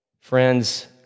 Friends